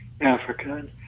Africa